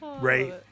right